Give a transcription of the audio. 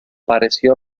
pareció